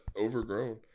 overgrown